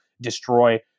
destroy